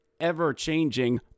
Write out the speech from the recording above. ever-changing